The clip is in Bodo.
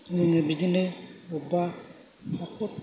जोङो बिदिनो अब्बा हाखौ